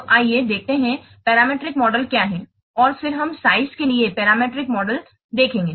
तो आइए देखें कि पैरामीट्रिक मॉडल क्या है और फिर हम साइज के लिए पैरामीट्रिक मॉडल देखेंगे